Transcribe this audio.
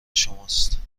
شماست